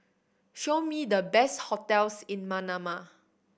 show me the best hotels in Manama